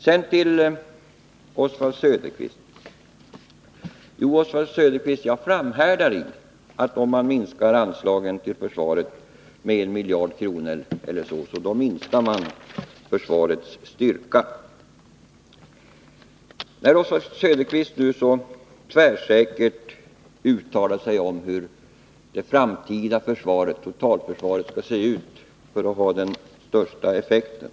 Sedan till Oswald Söderqvist: Jo, jag framhärdar i att om man minskar anslagen till försvaret med en miljard så minskar försvarets styrka. Oswald Söderqvist uttalar sig tvärsäkert om hur det framtida totalförsvaret skall se ut för att ha den största effekten.